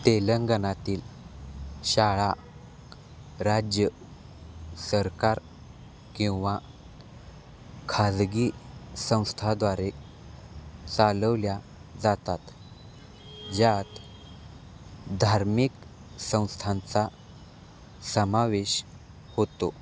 तेलंगणातील शाळा राज्य सरकार किंवा खाजगी संस्थाद्वारे चालवल्या जातात ज्यात धार्मिक संस्थांचा समावेश होतो